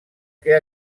que